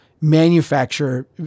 manufacture